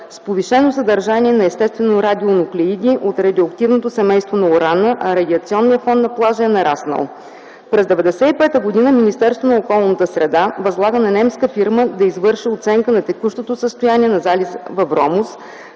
с повишено съдържание на естествени радионуклеиди от радиоактивното семейство на урана. Радиационният фон на плажа е нараснал. През 1995 г. Министерството на околната среда възлага на немска фирма да извърши оценка на текущото състояние на залива Вромос,